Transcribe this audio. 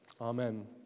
Amen